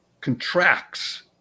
contracts